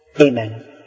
Amen